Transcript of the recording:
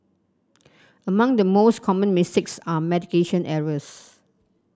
among the most common mistakes are medication errors